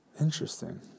Interesting